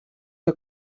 que